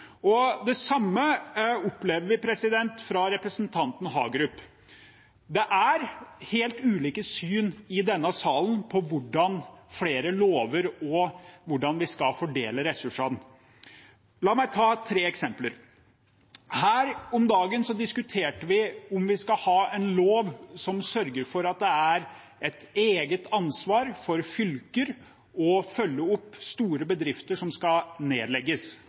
mening. Det samme opplever vi fra representanten Hagerup. Det er i denne salen helt ulike syn på lover og hvordan vi skal fordele ressursene. La meg ta tre eksempler. Her om dagen diskuterte vi om vi skal ha en lov som sørger for at fylker har et eget ansvar for å følge opp store bedrifter som skal nedlegges,